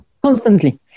Constantly